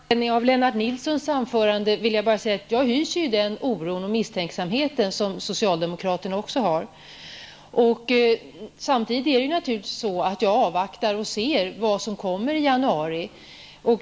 Herr talman! Med anledning av Lennart Nilssons anförande vill jag bara säga att jag hyser samma oro och misstänksamhet som socialdemokraterna. Jag avvaktar och ser vad som kommer i januari.